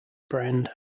brand